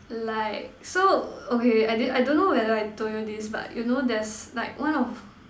like so okay I didn't I don't know whether I told you this but you know there's like one of